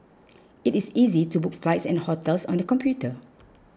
it is easy to book flights and hotels on the computer